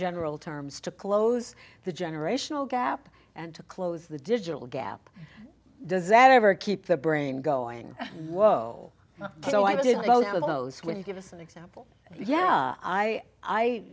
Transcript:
general terms to close the generational gap and to close the digital gap disaster ever keep the brain going whoa so i didn't know none of those when you give us an example yeah i i